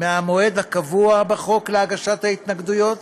מהמועד הקבוע בחוק להגשת התנגדויות,